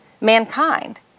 mankind